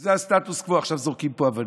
זה הסטטוס קוו: עכשיו זורקים פה אבנים.